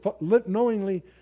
knowingly